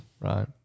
Right